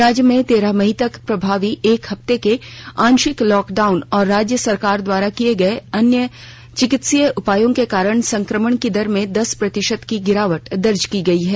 राज्य में तेरह मई तक प्रभावी एक हफ्ते के आंशिक लॉकडाउन और राज्य सरकार द्वारा किये गये अन्य चिकित्सिय उपायों के कारण संक्रमण की दर में दस प्रतिशत की गिरावट दर्ज की गई है